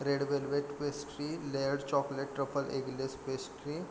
red velvet pastry layer chocolate truffle eggless pastry